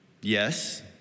Yes